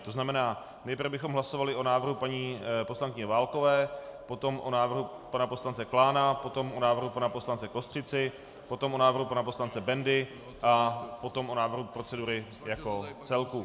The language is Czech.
To znamená, nejprve bychom hlasovali o návrhu paní poslankyně Válkové, potom o návrhu pana poslance Klána, potom o návrhu pana poslance Kostřici, potom o návrhu pana poslance Bendy a potom o návrhu procedury jako celku.